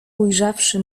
ujrzawszy